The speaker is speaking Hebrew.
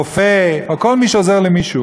רופא או כל מי שעוזר למישהו,